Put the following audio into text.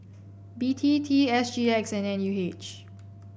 B T T S G X and N U H